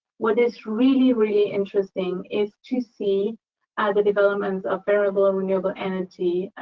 what is really, really interesting is to see the development of variable and renewable energy,